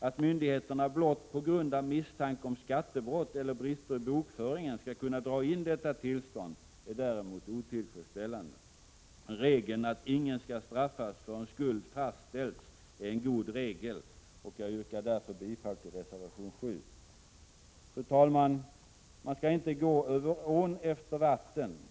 Att myndigheterna blott på grund av misstanke om skattebrott eller brister i bokföringen skall kunna dra in detta tillstånd är däremot otillfredsställande. Regeln att ingen skall straffas förrän skuld fastställts är en god regel. Jag yrkar därför bifall till reservation 7. Fru talman! Man skall inte gå över ån efter vatten.